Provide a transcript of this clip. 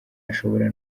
ashobora